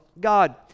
God